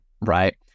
right